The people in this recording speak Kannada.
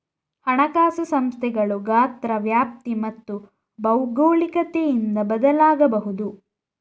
ಹಣಕಾಸು ಸಂಸ್ಥೆಗಳು ಗಾತ್ರ, ವ್ಯಾಪ್ತಿ ಮತ್ತು ಭೌಗೋಳಿಕತೆಯಿಂದ ಬದಲಾಗಬಹುದು